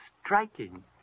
striking